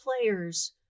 players